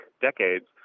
decades